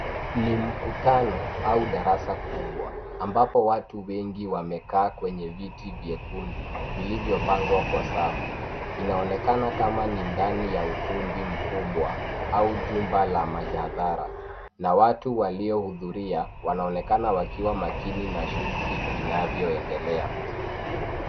Ni mkutano au darasa kubwa ambapo watu wengi wamekaa kwenye viti vyekundu vilivyopangwa kwa safu. Inaonekana kama ni ndani ya ukumbi mkubwa au jumba la mihadhara na watu waliohudhuria wanaonekana wakiwa makini na shughuli inayoendelea.